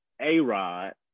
A-Rod